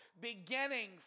beginning